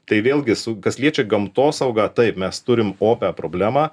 tai vėlgi su kas liečia gamtosaugą taip mes turim opią problemą